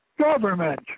government